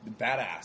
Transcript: Badass